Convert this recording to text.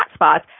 hotspots